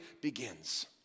begins